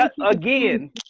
again